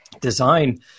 design